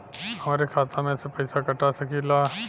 हमरे खाता में से पैसा कटा सकी ला?